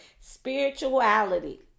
Spirituality